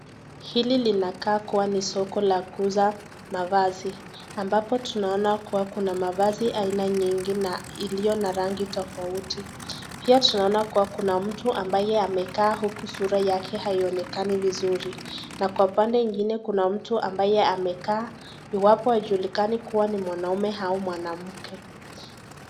Hili linakaa kuwa ni soko la kuuza mavazi. ambapo tunaona kuwa kuna mavazi aina nyingi na iliyo na rangi tofauti. Pia tunaona kuwa kuna mtu ambaye amekaa huku sura yake haionekani vizuri. Na kwa pande ingine kuna mtu ambaye amekaa iwapo hajulikani kuwa ni mwanaume au mwanamke.